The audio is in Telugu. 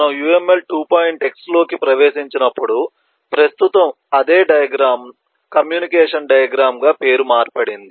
x లోకి ప్రవేశించినప్పుడు ప్రస్తుతం అదే డయాగ్రమ్ కమ్యూనికేషన్ డయాగ్రమ్ గా పేరు మార్చబడింది